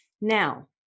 Now